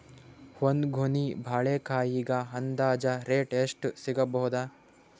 ಒಂದ್ ಗೊನಿ ಬಾಳೆಕಾಯಿಗ ಅಂದಾಜ ರೇಟ್ ಎಷ್ಟು ಸಿಗಬೋದ?